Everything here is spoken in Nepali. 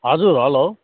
हजुर हेलो